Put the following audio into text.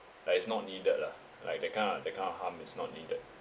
like it's not needed lah like the kind of that kind of harm is not needed